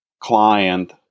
client